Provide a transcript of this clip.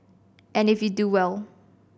and if you do well